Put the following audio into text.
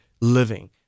living